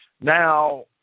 Now